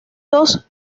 dos